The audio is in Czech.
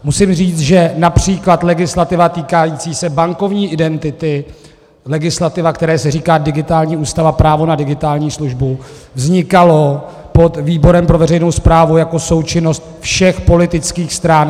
Musím říct, že např. legislativa týkající se bankovní identity, legislativa, které se říká digitální ústava, právo na digitální službu, vznikala pod výborem pro veřejnou správu jako součinnost všech politických stran.